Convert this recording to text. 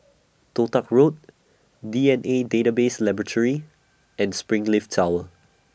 Toh Tuck Road D N A Database Laboratory and Springleaf Tower